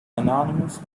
anonymous